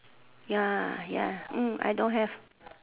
ya ya mm I don't have